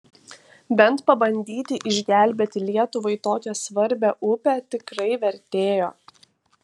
bent pabandyti išgelbėti lietuvai tokią svarbią upę tikrai vertėjo